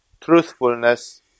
truthfulness